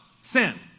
Sin